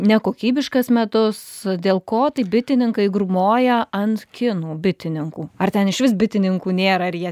nekokybiškas medus dėl ko taip bitininkai grūmoja ant kinų bitininkų ar ten išvis bitininkų nėra ar jie